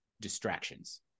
distractions